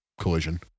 Collision